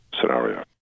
scenario